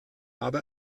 habe